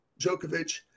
Djokovic